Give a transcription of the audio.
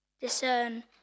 discern